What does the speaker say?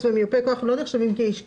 ומיופה כוח לא נחשבים כאיש קשר.